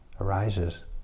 arises